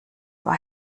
war